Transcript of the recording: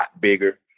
bigger